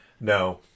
No